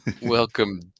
welcome